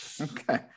Okay